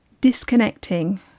disconnecting